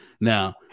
Now